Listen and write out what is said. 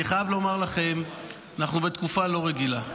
אני חייב לומר לכם: אנחנו בתקופה לא רגילה.